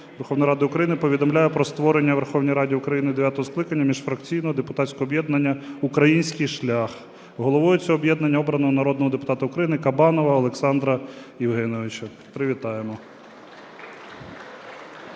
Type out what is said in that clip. Верховної Ради України", повідомляю про створення у Верховній Раді України дев'ятого скликання міжфракційного депутатського об'єднання "Український шлях". Головою цього об'єднання обрано народного депутата України Кабанова Олександра Євгеновича. Привітаємо!